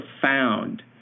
profound